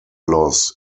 loss